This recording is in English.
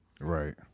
Right